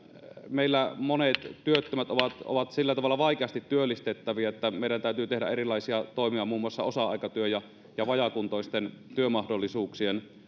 meillä monet työttömät ovat ovat sillä tavalla vaikeasti työllistettäviä että meidän täytyy tehdä erilaisia toimia muun muassa osa aikatyön ja vajaakuntoisten työmahdollisuuksien